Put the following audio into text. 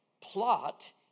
plot